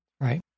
Right